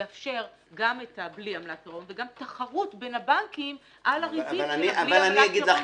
זה יאפשר גם בלי פירעון וגם תחרות בין הבנקים --- אבל אני אגיד לך,